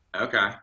Okay